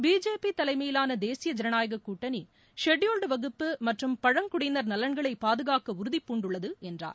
BJP தலைமையிலான தேசிய ஜனநாயக கூட்டணி ஷெடியூல் வகுப்பு மற்றும் பழங்குடியினர் நலன்களை பாதுகாக்க உறுதிபூண்டுள்ளது என்றார்